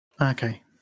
Okay